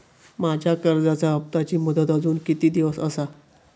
माझ्या कर्जाचा हप्ताची मुदत अजून किती दिवस असा?